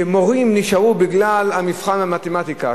שמורים נשארו בגלל המבחן במתמטיקה.